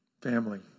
Family